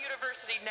University